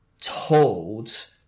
told